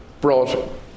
brought